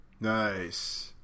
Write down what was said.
Nice